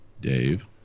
Dave